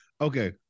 Okay